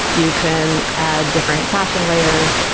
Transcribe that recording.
you can add different caching layers,